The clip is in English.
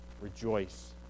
Rejoice